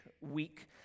week